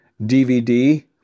DVD